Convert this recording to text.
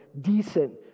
decent